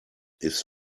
ist